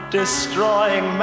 destroying